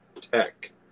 Tech